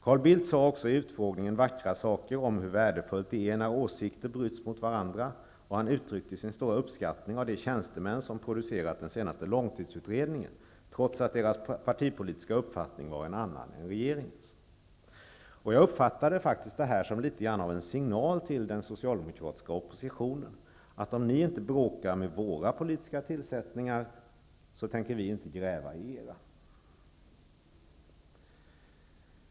Carl Bildt sade också vid utfrågningen vackra saker om hur värdefullt det är när åsikter bryts mot varandra, och han uttryckte sin stora uppskattning av de tjänstemän som producerat den senaste långtidsutredningen, trots att deras partipolitiska uppfattning var en annan än regeringens. Jag uppfattade faktiskt det här som litet grand av en signal till den socialdemokratiska oppositionen, att om ni inte bråkar om våra politiska tillsättningar, så tänker vi inte gräva i era.